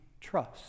trust